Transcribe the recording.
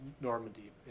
Normandy